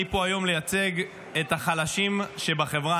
אני פה היום לייצג את החלשים שבחברה.